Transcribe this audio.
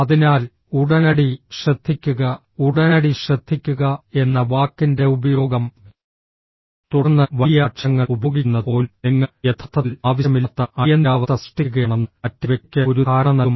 അതിനാൽ ഉടനടി ശ്രദ്ധിക്കുക ഉടനടി ശ്രദ്ധിക്കുക എന്ന വാക്കിന്റെ ഉപയോഗം തുടർന്ന് വലിയ അക്ഷരങ്ങൾ ഉപയോഗിക്കുന്നത് പോലും നിങ്ങൾ യഥാർത്ഥത്തിൽ ആവശ്യമില്ലാത്ത അടിയന്തിരാവസ്ഥ സൃഷ്ടിക്കുകയാണെന്ന് മറ്റേ വ്യക്തിക്ക് ഒരു ധാരണ നൽകും